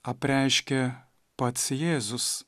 apreiškė pats jėzus